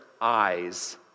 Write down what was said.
eyes